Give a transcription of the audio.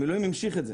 המילואים ימשיך את זה.